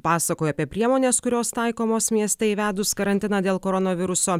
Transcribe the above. pasakoja apie priemones kurios taikomos mieste įvedus karantiną dėl koronaviruso